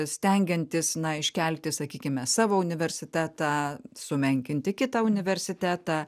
stengiantis na iškelti sakykime savo universitetą sumenkinti kitą universitetą